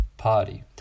Party